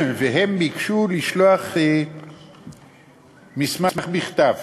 והם ביקשו לשלוח מסמך בכתב.